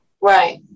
Right